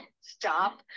stop